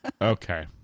Okay